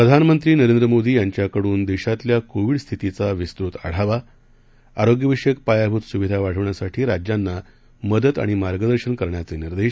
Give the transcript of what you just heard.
प्रधानमंत्री नरेंद्र मोदी यांच्याकडून देशातल्या कोविड स्थितीचा विस्तृत आढावा आरोग्यविषयक पायाभूत सुविधा वाढवण्यासाठी राज्यांना मदत आणि मार्गदर्शन करण्याचे निर्देश